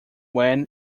when